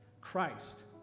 Christ